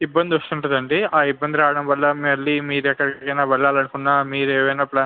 ఇబ్బంది వస్తుంటుందండి ఆ ఇబ్బంది రావడం వల్ల మళ్ళీ మీరు ఎక్కడికైనా వెళ్ళాలి అనుకున్నా మీరు ఏదైనా ప్లాన్